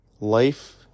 Life